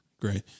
Great